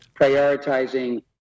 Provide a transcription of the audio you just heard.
prioritizing